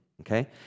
okay